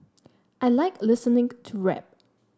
I like listening to rap